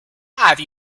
have